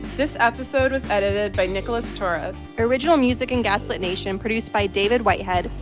this episode was edited by nicholas torres. original music in gaslit nation produced by david whitehead,